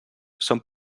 són